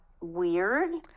weird